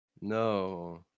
no